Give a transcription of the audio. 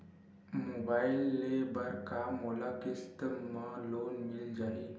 Mobile ले बर का मोला किस्त मा लोन मिल जाही?